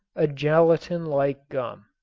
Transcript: a gelatin-like gum.